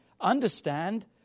Understand